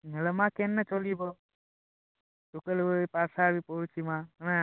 ହେଲେ ମା' କେନ୍ ଚଲିବ ଟୁକେଲ୍ ପାଠ ବି ପଢ଼ୁଛି ମା'